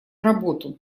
работу